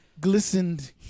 glistened